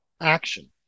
action